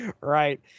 Right